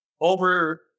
Over